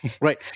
Right